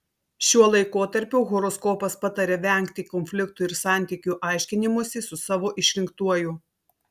šiuo laikotarpiu horoskopas pataria vengti konfliktų ir santykių aiškinimosi su savo išrinktuoju